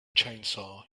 chainsaw